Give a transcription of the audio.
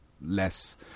less